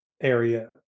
area